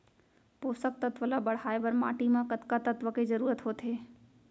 पोसक तत्व ला बढ़ाये बर माटी म कतका तत्व के जरूरत होथे?